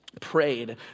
prayed